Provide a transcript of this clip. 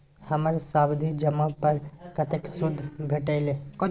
हमर सावधि जमा पर कतेक सूद भेटलै?